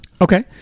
Okay